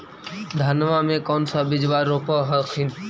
धनमा कौन सा बिजबा रोप हखिन?